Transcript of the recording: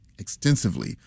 Extensively